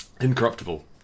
incorruptible